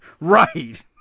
Right